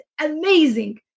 amazing